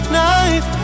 night